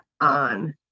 on